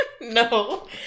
No